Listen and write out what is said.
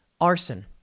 arson